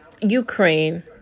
Ukraine